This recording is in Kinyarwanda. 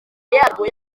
yarwo